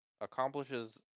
accomplishes